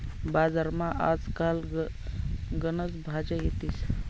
बजारमा आज काल गनच भाज्या येतीस